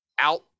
out